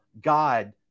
God